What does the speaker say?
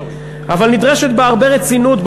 אבל נדרשת בה הרבה רצינות,